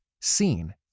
seen